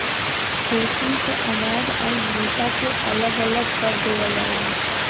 threshing से अनाज आउर भूसा के अलग अलग कर देवल जाला